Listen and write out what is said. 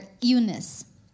Eunice